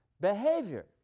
Behavior